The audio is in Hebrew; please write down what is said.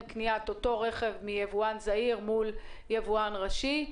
קניית אותו רכב מיבואן זעיר בהשוואה ליבואן ראשי?